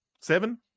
Seven